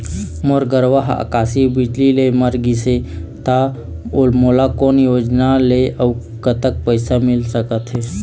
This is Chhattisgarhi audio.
मोर गरवा हा आकसीय बिजली ले मर गिस हे था मोला कोन योजना ले अऊ कतक पैसा मिल सका थे?